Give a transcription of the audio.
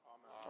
Amen